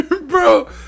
Bro